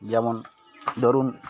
যেমন ধরুন